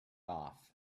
off